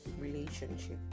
relationship